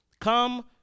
Come